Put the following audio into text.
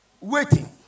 waiting